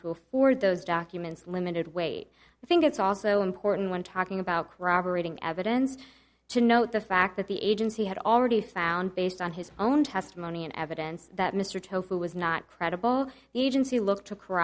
to afford those documents limited wait i think it's also important when talking about corroborating evidence to note the fact that the agency had already found based on his own testimony and evidence that mr tofu was not credible the agency look to